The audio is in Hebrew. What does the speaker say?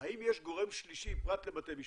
האם יש גורם שלישי, פרט לבתי משפט,